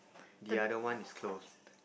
the other one is closed